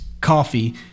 coffee